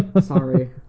Sorry